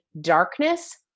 darkness